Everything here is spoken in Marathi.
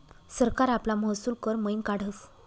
सरकार आपला महसूल कर मयीन काढस